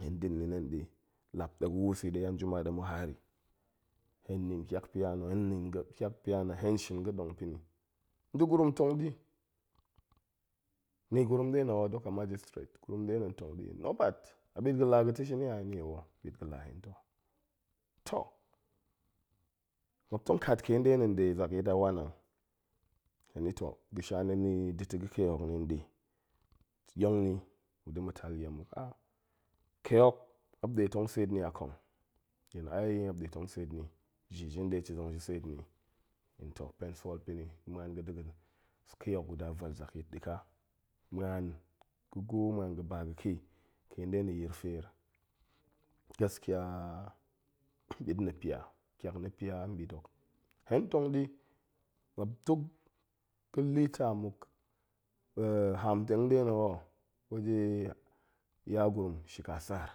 Hen da̱n ni nan ɗe, lap ɗe ga̱ wus i ɗe anjima ɗe anjima ɗe ma̱ haar i, hen nin ƙiak pia na̱ hen nin ga̱ ƙiak pia na̱, hen shin ga̱ɗong pa̱ni, nda̱gurum tong ni, ni gurum nɗe na̱ ho dok a majistrate, gurum nɗe na̱ ntong ɗi, nobert, a ɓit ga̱ la ga̱ ta̱ shini a, heni o, ɓit ga̱la hen ta̱, toh muop tong kat kee nɗe na̱ nde zakyit awanang, heni toh ga̱sha na̱ ni da̱ ta̱ ga̱ kee hok nin ɗe, yong ni ma̱da̱ ma̱ tal nɗie muk kee hok muop nɗe tong seet ni a kong, yin ayoo muop ɗe tong seet ni, ji ji ɗe ta̱ tong ji seet ni, yin to, pen sool pini ga̱ ma̱an ga̱ da̱ ga̱ kee hok guda vel zakyit ɗi ƙa, ma̱an ga̱ gwo, ma̱an ga̱ ba ga̱ kee, kee nɗe na̱ yil feer, gaskiya bit na̱ pia, ƙiak na̱ pia nɓit hok, hen tong ɗi, muop duk ga̱ litter muk hamteng nne na̱ ho waje yagurum shika saar,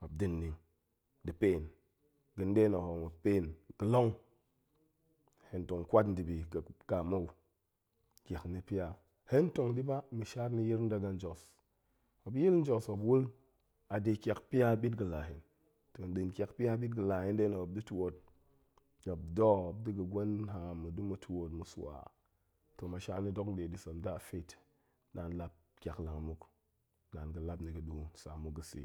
muop da̱ni da̱ pen, ga̱n ɗe na̱ ho muop pen ga̱long, hentong kwat nda̱bi ƙek, ƙaa mou, ƙiak na̱ pia, hen tong ɗi ba, ma̱shar na̱ yiil ndagan njos, muop yiil njos muop wul ade ƙiak pia ɓit ga̱la hen, nɗiin ƙiak pia ɓit ga̱ la hen nɗe na̱ o, muop da̱ twoot, muop da̱, muop da̱ ga̱ gwen haam, da̱ ma̱ twoot, ma̱ swa, toh masha na̱ dok nɗe ɗi sem da̱ a faith, naan lap ƙiaklang muk, naan ga̱ lap ni ga̱ ɗu nsa muk ga̱ tse